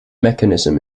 mechanism